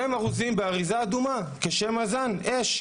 שניהם ארוזים באריזה אדומה, כשם הזן אש.